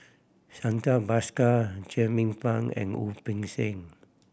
Santha Bhaskar Jernnine Pang and Wu Peng Seng